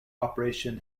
operation